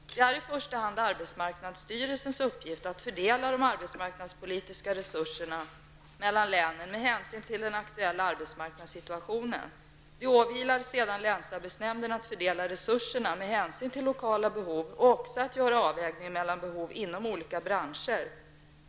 Det är i första hand arbetsmarknadsstyrelsens uppgift att fördela de arbetsmarknadspolitiska resurserna mellan länen med hänsyn till den aktuella arbetsmarknadssituationen. Det åvilar sedan länsarbetsnämnden att fördela resurserna med hänsyn till lokala behov och också att göra avvägningen mellan behov inom olika branscher.